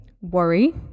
Worry